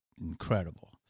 incredible